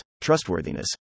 trustworthiness